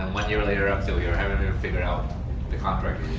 one year later, i'm still here. i haven't even figured out the contractor